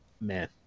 man